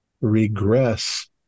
regress